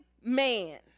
man